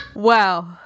Wow